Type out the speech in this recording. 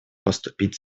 поступить